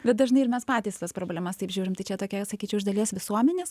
bet dažnai ir mes patys tas problemas taip žiūrim tai čia tokia jau sakyčiau iš dalies visuomenės